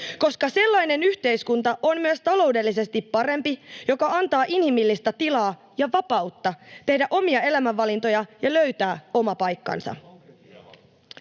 Nimittäin yhteiskunta on myös taloudellisesti parempi, jos se antaa inhimillistä tilaa ja vapautta tehdä omia elämänvalintoja ja löytää oma paikkansa.